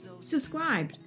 subscribe